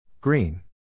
Green